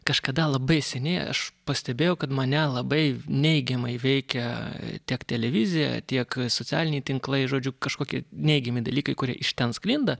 kažkada labai seniai aš pastebėjau kad mane labai neigiamai veikia tiek televizija tiek socialiniai tinklai žodžiu kažkokie neigiami dalykai kurie iš ten sklinda